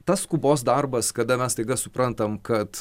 tas skubos darbas kada mes staiga suprantam kad